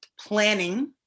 planning